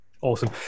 awesome